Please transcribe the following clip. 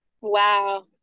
wow